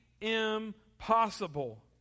impossible